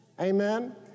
amen